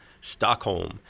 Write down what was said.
Stockholm